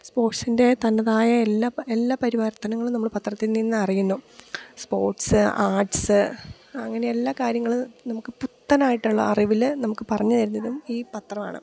സ്പോർട്സിൻ്റെ തന്നതായ എല്ലാ പ് എല്ലാ പരിവർത്തനങ്ങളും നമ്മൾ പത്രത്തിൽ നിന്നറിയുന്നു സ്പോർട്സ് ആർട്സ് അങ്ങനെ എല്ലാ കാര്യങ്ങളും നമുക്ക് പുത്തനായിട്ടുള്ള അറിവിൽ നമുക്ക് പറഞ്ഞു തരുന്നതും ഈ പത്രമാണ്